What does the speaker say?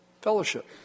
fellowship